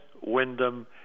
Wyndham